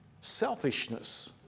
selfishness